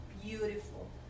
beautiful